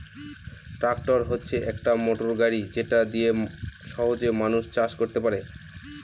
tractor হচ্ছে একটি motor গাড়ি যেটা দিয়ে সহজে মানুষ চাষ করতে পারে